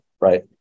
right